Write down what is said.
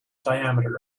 diameter